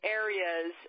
areas